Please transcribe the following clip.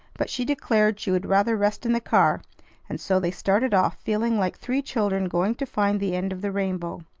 but she declared she would rather rest in the car and so they started off, feeling like three children going to find the end of the rainbow.